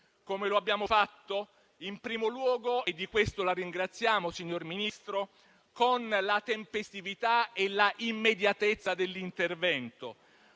Lo abbiamo fatto in primo luogo - e di questo ringraziamo il signor Ministro - con la tempestività e la immediatezza dell'intervento,